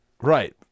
right